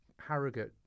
Harrogate